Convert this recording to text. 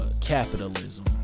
capitalism